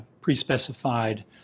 pre-specified